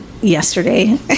yesterday